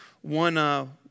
one